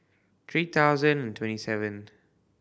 three thousand and twenty seventh